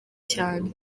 cyane